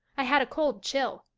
i had a cold chill.